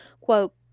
quote